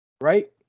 right